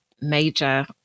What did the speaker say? major